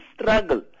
struggle